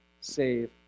save